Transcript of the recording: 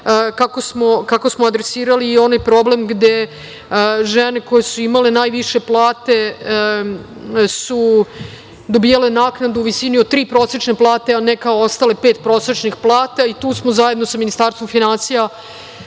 kako smo adresirali i onaj problem gde žene koje su imale najviše plate su dobijale naknadu u visini od tri prosečne plate, a ne kao ostale – pet prosečnih plata i tu smo zajedno sa Ministarstvom finansija